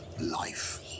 life